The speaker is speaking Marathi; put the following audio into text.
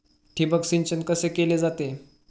ठिबक सिंचन कसे केले जाते?